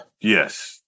Yes